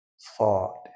thought